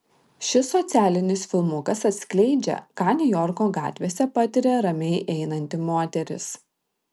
šis socialinis filmukas atskleidžia ką niujorko gatvėse patiria ramiai einanti moteris